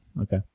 Okay